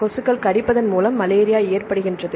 கொசுக்கள் கடிப்பதன் மூலம் மலேரியாவை ஏற்படுத்துகின்றன